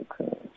Okay